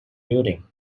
building